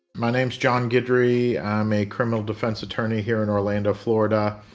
my name's john guidry. i'm a criminal defense attorney here in orlando, florida.